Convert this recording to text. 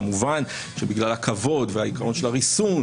כמובן שבגלל הכבוד והעקרון של הריסון,